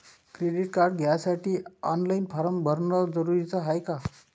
Credit card घ्यासाठी online form भरन जरुरीच हाय का?